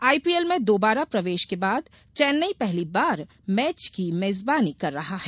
IPL में दोबारा प्रवेश र्क बाद चेन्नई पहली बार मैच की मेजबानी कर रहा है